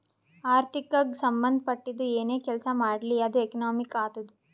ಆರ್ಥಿಕಗ್ ಸಂಭಂದ ಪಟ್ಟಿದ್ದು ಏನೇ ಕೆಲಸಾ ಮಾಡ್ಲಿ ಅದು ಎಕನಾಮಿಕ್ ಆತ್ತುದ್